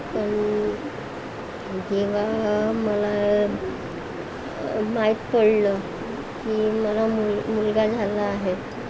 पण जेव्हा मला अ माहीत पडलं की मला मुलगा झाला आहे